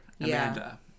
Amanda